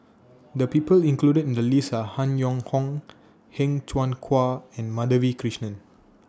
The People included in The list Are Han Yong Hong Heng Cheng Hwa and Madhavi Krishnan